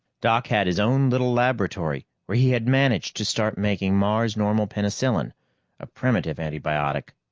doc had his own little laboratory where he had managed to start making mars-normal penicillin a primitive antibiotic,